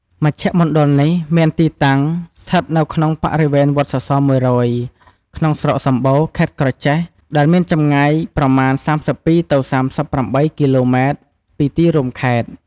មជ្ឈមណ្ឌលនេះមានទីតាំងស្ថិតនៅក្នុងបរិវេណ វត្តសសរ ១០០ ក្នុងស្រុកសំបូរ ខេត្តក្រចេះ ដែលមានចម្ងាយប្រមាណ ៣២-៣៨ គីឡូម៉ែត្រ ពីទីរួមខេត្ត ។